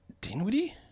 Dinwiddie